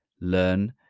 learn